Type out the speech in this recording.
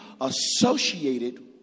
associated